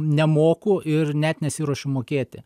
nemoku ir net nesiruošiu mokėti